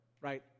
right